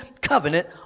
covenant